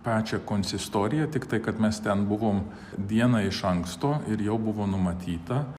pačia konsistorija tiktai kad mes ten buvom dieną iš anksto ir jau buvo numatyta